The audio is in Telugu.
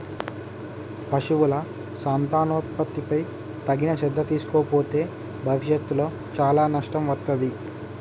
పశువుల సంతానోత్పత్తిపై తగిన శ్రద్ధ తీసుకోకపోతే భవిష్యత్తులో చాలా నష్టం వత్తాది